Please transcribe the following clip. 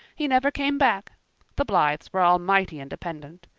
he never came back the blythes were all mighty independent.